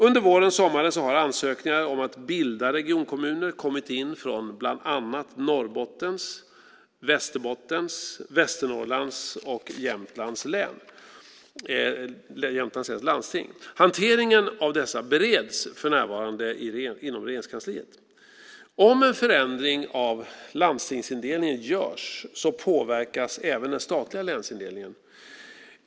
Under våren och sommaren har ansökningar om att bilda regionkommuner kommit in från bland annat Norrbottens, Västerbottens, Västernorrlands och Jämtlands läns landsting. Hanteringen av dessa bereds för närvarande inom Regeringskansliet. Om en förändring av landstingsindelningen görs påverkas även den statliga länsindelningen.